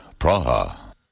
Praha